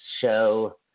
show